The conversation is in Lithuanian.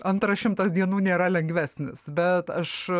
antras šimtas dienų nėra lengvesnis bet aš